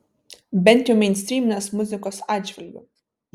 bent jau meinstryminės muzikos atžvilgiu